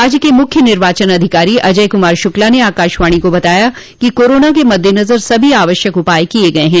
राज्य के मुख्य निर्वाचन अधिकारी अजय कुमार शुक्ला ने आकाशवाणी को बताया कि कोरोना के मद्देनजर सभो आवश्ययक उपाय किए गए हैं